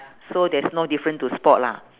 so there's no different to spot lah